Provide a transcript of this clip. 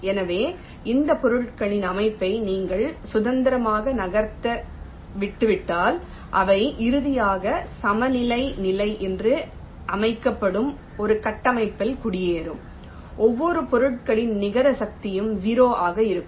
எனவே இந்த பொருட்களின் அமைப்பை நீங்கள் சுதந்திரமாக நகர்த்த விட்டுவிட்டால் அவை இறுதியாக சமநிலை நிலை என்று அழைக்கப்படும் ஒரு கட்டமைப்பில் குடியேறும் ஒவ்வொரு பொருட்களின் நிகர சக்தியும் 0 ஆக இருக்கும்